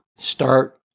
Start